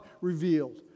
revealed